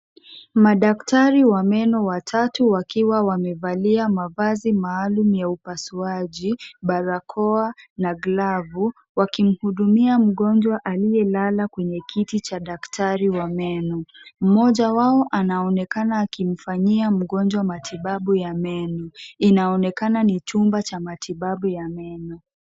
Madaktari wa meno watatu wakiwa wamevalia mavazi maalum ya upasuaji, barakoa na glavu, wakimhudumia mgonjwa aliyelala kwenye kiti cha daktari wa meno. Mmoja wao anaonekana akimfanyia mgonjwa matibabu ya meno. Inaonekana ni chumba cha matibabu ya meno.